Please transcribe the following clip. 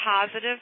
positive